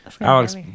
Alex